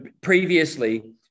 Previously